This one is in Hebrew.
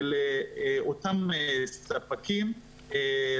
לאותם ספקים שעובדים מול רשויות מקומיות,